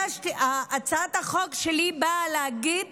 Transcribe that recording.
הצעת החוק שלי באה להגיד